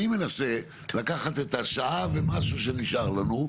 אני מנסה לקחת את השעה ומשהו שנשאר לנו,